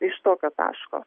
iš tokio taško